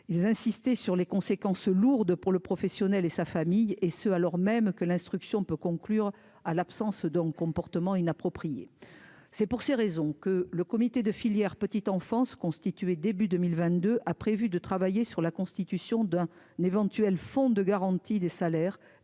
ils insisté sur les conséquences lourdes pour le professionnel et sa famille, et ce alors même que l'instruction peut conclure à l'absence d'un comportement inapproprié, c'est pour ces raisons que le comité de filière, petite enfance constitué début 2022 a prévu de travailler sur la constitution d'un éventuel fonds de garantie des salaires